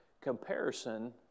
comparison